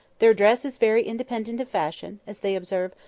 their dress is very independent of fashion as they observe,